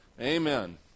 Amen